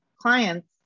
clients